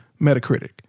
Metacritic